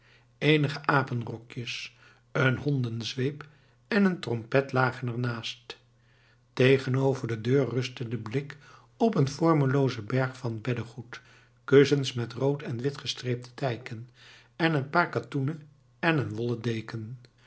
eenige apenrokjes een hondenzweep en een trompet lagen er naast tegenover de deur rustte de blik op een vormeloozen berg van beddegoed kussens met rood en witgestreepte tijken een paar katoenen en een wollen deken